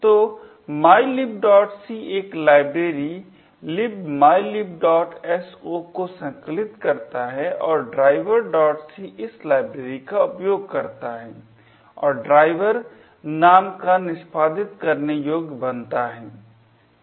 तो mylibso एक library libmylibso को संकलित करता है और driverc इस लाइब्रेरी का उपयोग करता है और driver नाम का निष्पादित करने योग्य बनाता है